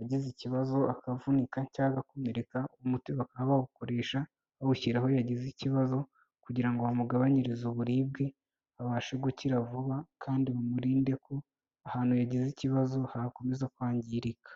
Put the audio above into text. agize ikibazo akavunika cyangwa gakomereka umuti bakaba bawukoresha bawushyira aho yagize ikibazo kugira ngo bamugabanyirize uburibwe abashe gukira vuba kandi bamurinde ko ahantu yagize ikibazo hakomeza kwangirika.